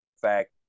fact